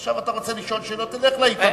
עכשיו אתה רוצה לשאול שאלות, תלך לעיתונים.